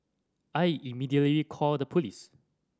I immediately called the police